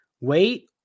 wait